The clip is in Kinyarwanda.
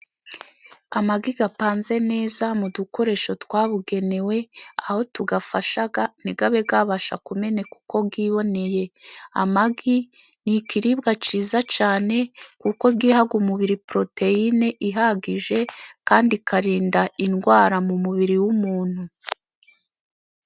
Amagi apanze neza mu dukoresho twabugenewe, aho tuyafasha ntabe yabasha kumeneka uko yiboneye, amagi ni ikiribwa cyiza cyane kuko giha umubiri poroteyine ihagije, kandi ikarinda indwara mu mubiri w'umuntu.